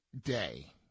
day